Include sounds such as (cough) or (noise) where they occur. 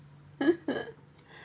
(laughs)